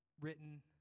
Written